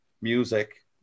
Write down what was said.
music